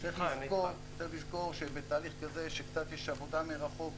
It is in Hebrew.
צריך לזכור שבתהליך כזה שקצת יש עבודה מרחוק,